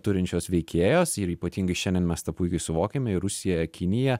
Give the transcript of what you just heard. turinčios veikėjos ir ypatingai šiandien mes tą puikiai suvokiame ir rusija kinija